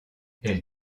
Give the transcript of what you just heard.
elle